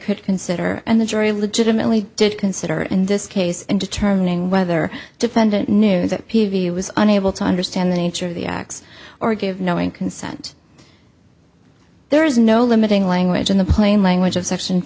could consider and the jury legitimately did consider in this case and determining whether defendant knew that peavy was unable to understand the nature of the acts or give knowing consent there is no limiting language in the plain language of section